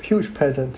huge presence